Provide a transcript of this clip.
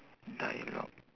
dialogue